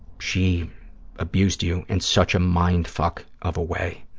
she abused you in such a mind fuck of a way.